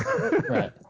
Right